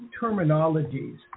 terminologies